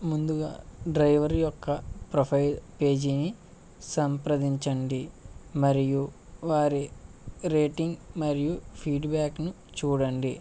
ముందుగా డ్రైవర్ యొక్క ప్రొఫైల్ పేజీని సంప్రదించండి మరియు వారి రేటింగ్ మరియు ఫీడ్బ్యాక్ను చూడండి